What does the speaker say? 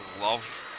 love